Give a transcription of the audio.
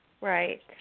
Right